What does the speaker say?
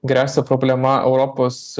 gresia problema europos